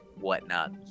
whatnot